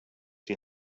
die